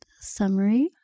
summary